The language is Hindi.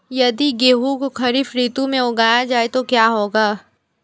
यदि गेहूँ को खरीफ ऋतु में उगाया जाए तो क्या होगा?